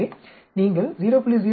எனவே நீங்கள் 0